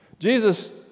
Jesus